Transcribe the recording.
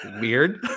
Weird